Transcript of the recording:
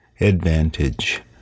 advantage